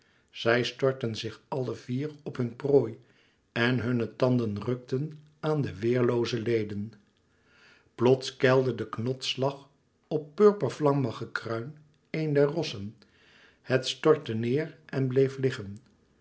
zij stortten zich alle vier op hun prooi en hunne tanden rukten aan de weerlooze leden plots keilde de knotsslag op purpervlammigen kruin een der rossen het stortte neêr en bleef liggen